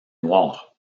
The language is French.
noir